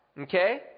Okay